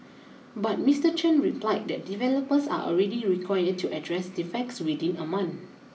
but Mister Chen replied that developers are already required to address defects within a month